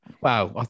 wow